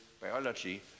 biology